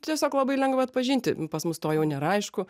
tiesiog labai lengva atpažinti pas mus to jau nėra aišku